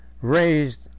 raised